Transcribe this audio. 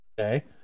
Okay